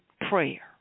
prayer